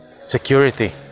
Security